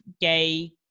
gay